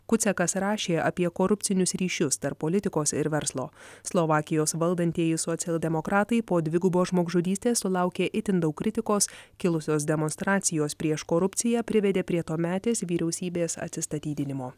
kucekas rašė apie korupcinius ryšius tarp politikos ir verslo slovakijos valdantieji socialdemokratai po dvigubos žmogžudystės sulaukė itin daug kritikos kilusios demonstracijos prieš korupciją privedė prie tuometės vyriausybės atsistatydinimo